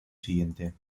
siguiente